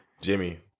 Jimmy